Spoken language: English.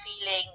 feeling